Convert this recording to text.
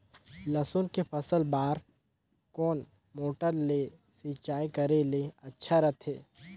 लसुन के फसल बार कोन मोटर ले सिंचाई करे ले अच्छा रथे?